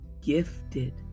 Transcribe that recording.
gifted